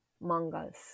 mangas